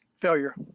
Failure